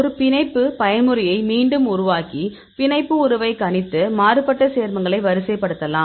ஒரு பிணைப்பு பயன்முறையை மீண்டும் உருவாக்கி பிணைப்பு உறவை கணித்து மாறுபட்ட சேர்மங்களை வரிசைப்படுத்தலாம்